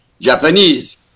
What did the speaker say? Japanese